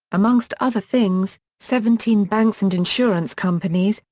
amongst other things, seventeen banks and insurance companies,